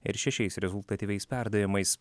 ir šešiais rezultatyviais perdavimais